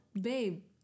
Babe